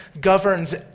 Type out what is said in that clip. governs